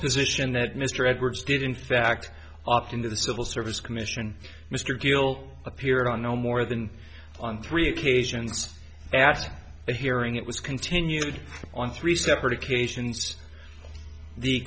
decision that mr edwards did in fact opt in to the civil service commission mr gill appeared on no more than on three occasions asked the hearing it was continued on three separate occasions the